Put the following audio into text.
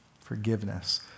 Forgiveness